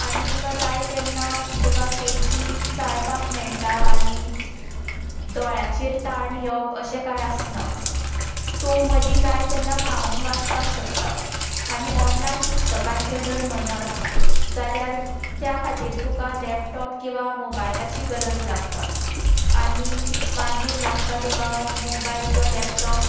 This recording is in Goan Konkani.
आनी तुका जाय तेन्ना तुका पेजी चाळपाक मेळटात आनी दोळ्याचेर तांण येवप अशें कांय आसना तूं मदीं जाय तेन्ना थांबून वाचपाक शकता आनी ऑनलायन पुस्तकांचें जर म्हणत जाल्यार त्या खातीर तुका लॅपटाॅप किंवा मोबायलाची गरज लागता आनी मागीर लागता तुका मोबायल आनी लॅपटाॅप